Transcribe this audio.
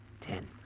Ten